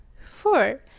four